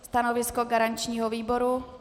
Stanovisko garančního výboru?